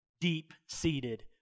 Deep-seated